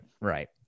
right